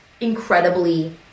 incredibly